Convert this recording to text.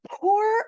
Poor